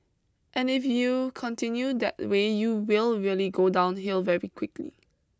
and if you continue that the way you will really go downhill very quickly